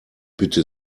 bitte